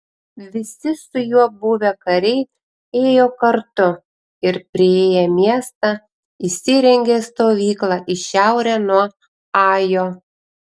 visi su juo buvę kariai ėjo kartu ir priėję miestą įsirengė stovyklą į šiaurę nuo ajo